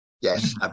Yes